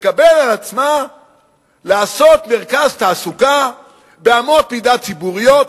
תקבל על עצמה לעשות מרכז תעסוקה באמות מידה ציבוריות,